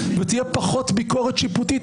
ותהיה פחות ביקורת שיפוטית.